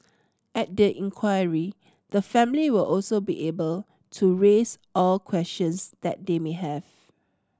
at the inquiry the family will also be able to raise all questions that they may have